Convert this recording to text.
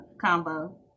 combo